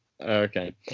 Okay